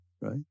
right